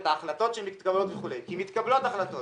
את ההחלטות שמתקבלות וכולי כי מתקבלות החלטות,